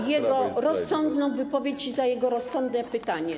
za jego rozsądną wypowiedź i za jego rozsądne pytanie.